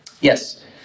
Yes